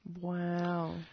Wow